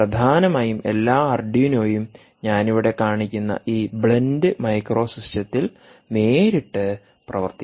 പ്രധാനമായും എല്ലാ ആർഡുനോയും ഞാൻ ഇവിടെ കാണിക്കുന്ന ഈ ബ്ലെൻഡ് മൈക്രോ സിസ്റ്റത്തിൽ നേരിട്ട് പ്രവർത്തിക്കും